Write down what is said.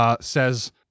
says